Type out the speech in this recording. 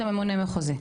פנית לממונים מחוזיים.